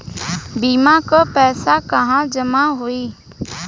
बीमा क पैसा कहाँ जमा होई?